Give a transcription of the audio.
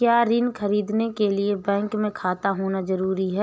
क्या ऋण ख़रीदने के लिए बैंक में खाता होना जरूरी है?